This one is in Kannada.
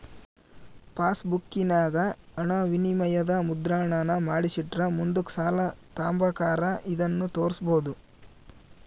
ಪಾಸ್ಬುಕ್ಕಿನಾಗ ಹಣವಿನಿಮಯದ ಮುದ್ರಣಾನ ಮಾಡಿಸಿಟ್ರ ಮುಂದುಕ್ ಸಾಲ ತಾಂಬಕಾರ ಇದನ್ನು ತೋರ್ಸ್ಬೋದು